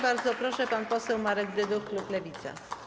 Bardzo proszę, pan poseł Marek Dyduch, klub Lewica.